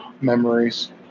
memories